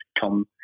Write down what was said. come